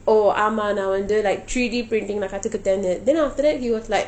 oh ஆமா நான் வந்து:aamaa naan vanthu like three D printing then after that he was like